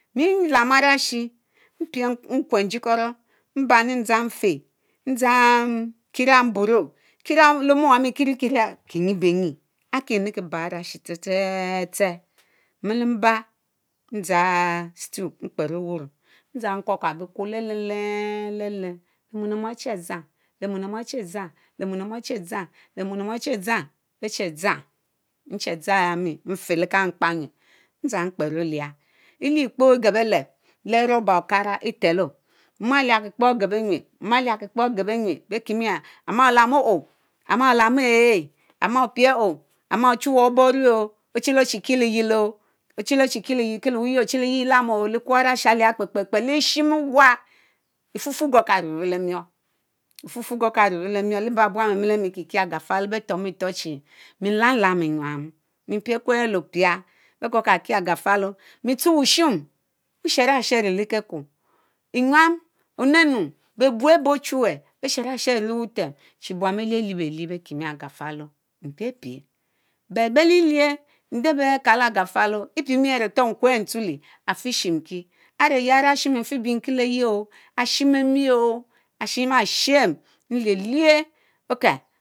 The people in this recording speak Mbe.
Mi lam arashi mpie Nkwerr Njikoro mbanni-dzang fehh ndzang kiera, mburó, kiera le ome owami kierie kiera kinyibenyi akinriki bárr arashi tse tse tserr, mmiu̇bar ndzang stew mkperr ówuró ndzang gurkabo Quorr léé lenlélen mom léé mom achie dzang lemom lemom achie lemona achie Quan lée centélén drama, lemom dyans, beche dra dzang dzang lemon lemom merere mie che dzang ayami nfeleken kpanyuerr dzang kperr olierr; E'lieh kpo egebeleb leeh rubber okara Etelo mom áre aliaki Kpor Ageb ányuerr, mom áre u̇akikpor Ageb anyuerr bekimi Ama olamu ohh Ama-Ochuwel, oborue Ochilue chiki ligies on, ochilue chi Kiliyiel Kie Luwute Dekileye-Lam chh leékur Arashi aligh kpekpekpe Lishime ewah efufu egorka nanue lemiorr, efufu Egerka rurue remier leba buan bemilemi kikie agáfuálo bentormitor die milamalam enyama, mipickuel léé Opia begarkaki agafuálo mitsuhe Wushim Wusheng-Shero leé Kekuor Enyam Onenu beburs álbeh Ochuwch lach chera shero le butama chi buan beh lielie belier bekimi agafus mpiepie, but be licker nde bech Kala agafualo epimi áre nkwers are mi ntanel: afieshimki. Aré yea Ara shi mifibinki Leyieoo Ashimemiooh, aré shima Shime nuelie Okel.